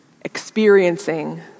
experiencing